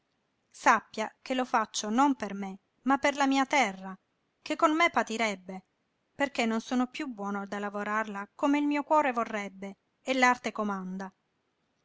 sappia che lo faccio non per me ma per la mia terra che con me patirebbe perché non sono piú buono da lavorarla come il mio cuore vorrebbe e l'arte comanda